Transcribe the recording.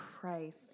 Christ